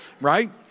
right